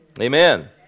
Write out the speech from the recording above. Amen